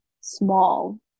small